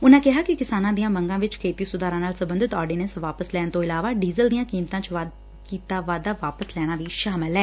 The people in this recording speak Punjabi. ਉਨੂਾ ਕਿਹਾ ਕਿ ਕਿਸਾਨਾਂ ਦੀਆਂ ਮੰਗਾਂ ਵਿਚ ਖੇਤੀ ਸੁਧਾਰਾਂ ਨਾਲ ਸਬੰਧਤ ਆਰਡੀਨੈਂਸ ਵਾਪਸ ਲੈਣ ਤੋਂ ਇਲਾਵਾ ਡੀਜ਼ਲ ਦੀਆਂ ਕੀਮਤਾਂ ਚ ਕੀਤਾ ਵਾਧਾ ਵਾਪਸ ਲੈਣਾ ਵੀ ਸ਼ਾਮਲ ਐ